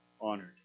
honored